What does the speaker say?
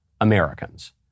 Americans